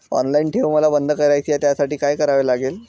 Online ठेव मला बंद करायची आहे, त्यासाठी काय करावे लागेल?